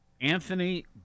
Anthony